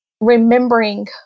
remembering